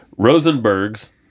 rosenbergs